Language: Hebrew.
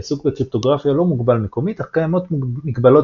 העיסוק בקריפטוגרפיה לא מוגבל מקומית אך קיימות מגבלות